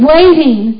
Waiting